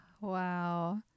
Wow